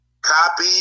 copy